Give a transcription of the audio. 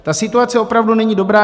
Ta situace opravdu není dobrá.